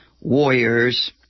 warriors